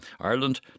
Ireland